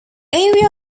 area